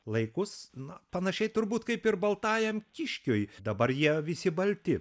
laikus na panašiai turbūt kaip ir baltajam kiškiui dabar jie visi balti